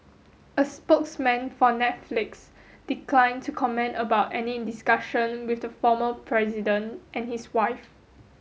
a spokesman for Netflix declined to comment about any discussion with the former president and his wife